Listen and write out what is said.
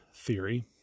theory